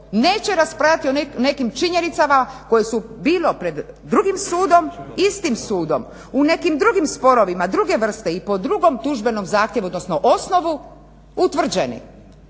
neće raspravljati o nekim činjenicama koje su bilo pred drugim sudom istim sudom u nekim drugim sporovima, druge vrste i po drugom tužbenom zahtjevu, odnosno osnovu utvrđeni,